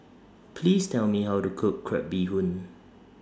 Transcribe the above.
Please Tell Me How to Cook Crab Bee Hoon